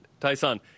Tyson